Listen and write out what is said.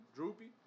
Droopy